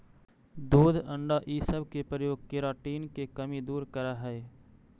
दूध अण्डा इ सब के प्रयोग केराटिन के कमी दूर करऽ हई